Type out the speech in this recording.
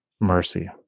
mercy